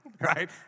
right